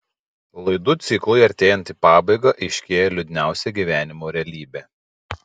laidų ciklui artėjant į pabaigą aiškėja liūdniausia gyvenimo realybė